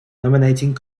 nominating